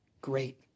great